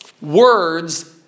words